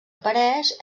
apareix